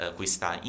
questa